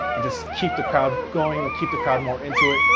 and just keep the crowd going, keep the crowd more into it,